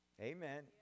Amen